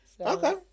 Okay